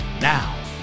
Now